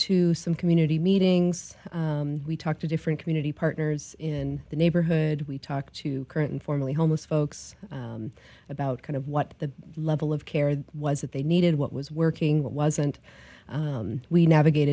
to some community meetings we talked to different community partners in the neighborhood we talked to current informally homeless folks about kind of what the level of care was that they needed what was working what wasn't we navigate